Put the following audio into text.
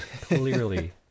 clearly